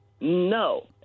no